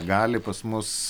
gali pas mus